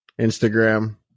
instagram